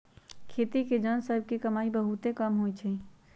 खेती के जन सभ के कमाइ बहुते कम होइ छइ